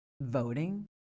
voting